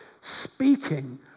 speaking